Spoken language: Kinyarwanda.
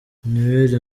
noel